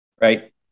right